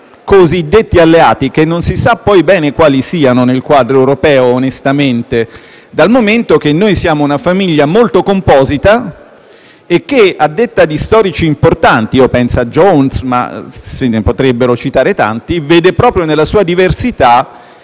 cosiddetti alleati, che onestamente non si sa bene quali siano nel quadro europeo, dal momento che noi siamo una famiglia molto composita e che, a detta di storici importanti (penso a Jones, ma se ne potrebbero citare tanti), vede proprio nella sua diversità